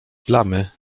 plamy